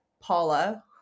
Paula